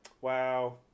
wow